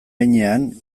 heinean